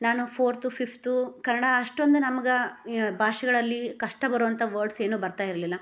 ನಾನು fourth fifth Kannada ಅಷ್ಟೊಂದು ನಮ್ಗೆ ಭಾಷೆಗಳಲ್ಲಿ ಕಷ್ಟ ಬರುವಂಥ ವರ್ಡ್ಸ್ ಏನೂ ಬರ್ತಾ ಇರಲಿಲ್ಲ